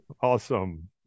awesome